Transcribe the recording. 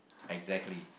exactly